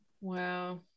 Wow